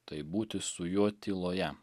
taip būti su juo tyloje